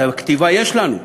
את הכתיבה יש לנו.